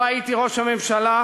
לו הייתי ראש הממשלה,